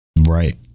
Right